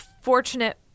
fortunate